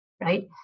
right